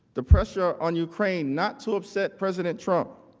the pressure on ukraine not to upset president trump,